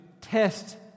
test